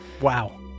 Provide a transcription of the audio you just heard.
Wow